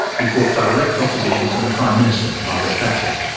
he fought direct opposition from the prime minister, margaret thatcher,